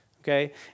Okay